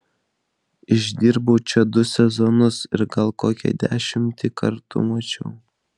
išdirbau čia du sezonus ir gal kokią dešimtį kartų mačiau